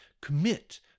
commit